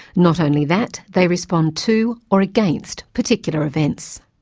not only that, they respond to or against particular events.